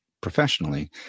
professionally